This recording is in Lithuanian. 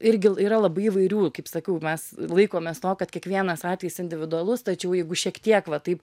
irgi yra labai įvairių kaip sakiau mes laikomės to kad kiekvienas atvejis individualus tačiau jeigu šiek tiek va taip